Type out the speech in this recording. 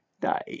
Die